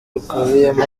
bikubiyemo